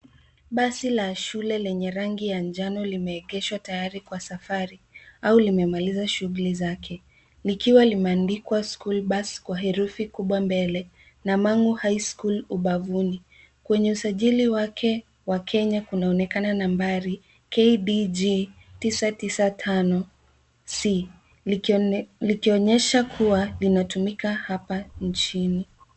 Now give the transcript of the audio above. Basi la shule lenye rangi ya njano limeegeshwa tayari kwa safiri au limemaliza shughuli zake, likiwa limeandikwa school bus kwa herufi kubwa mbele na Mangu High School ubavuni. Kwenye usajili wake wa Kenya kunaonekana nambari KDG 995C, likionyesha kuwa linatumika hapa nchini.